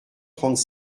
trente